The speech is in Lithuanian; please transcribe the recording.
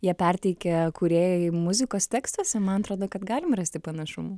jie perteikia kūrėjai muzikos tekstuose man atrodo kad galim rasti panašumų